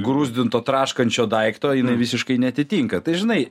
gruzdinto traškančio daikto jinai visiškai neatitinka tai žinai